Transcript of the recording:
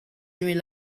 only